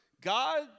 God